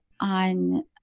on